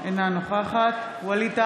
אינה נוכחת ווליד טאהא,